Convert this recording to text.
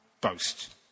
boast